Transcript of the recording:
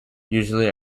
usually